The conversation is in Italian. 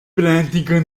pratico